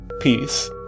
peace